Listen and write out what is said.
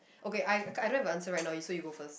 okay I I don't have a answer right now so you go first